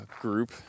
group